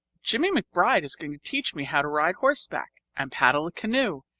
jimmie mcbride is going to teach me how to ride horseback and paddle a canoe,